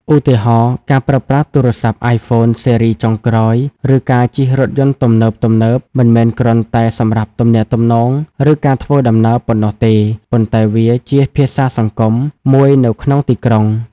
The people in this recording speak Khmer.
ឧទាហរណ៍៖ ការប្រើប្រាស់ទូរស័ព្ទ iPhone ស៊េរីចុងក្រោយ ឬការជិះរថយន្តទំនើបៗ មិនមែនគ្រាន់តែសម្រាប់ទំនាក់ទំនង ឬការធ្វើដំណើរប៉ុណ្ណោះទេ ប៉ុន្តែវាជា "ភាសាសង្គម" មួយនៅក្នុងទីក្រុង។